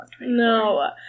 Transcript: No